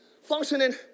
Functioning